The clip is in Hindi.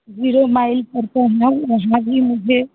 जीरो माइल पर चढ़ना भी मुझे